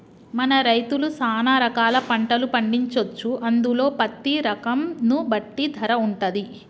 మన రైతులు సాన రకాల పంటలు పండించొచ్చు అందులో పత్తి రకం ను బట్టి ధర వుంటది